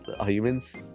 humans